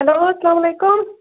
hello السلام علیکُم